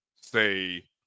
say